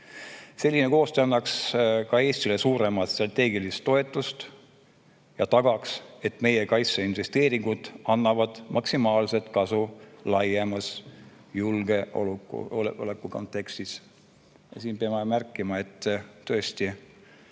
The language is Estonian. Selline koostöö annaks ka Eestile suuremat strateegilist toetust ja tagaks, et meie kaitseinvesteeringud annavad maksimaalset kasu laiemas julgeolekukontekstis. Paraku peab märkima, et tõesti,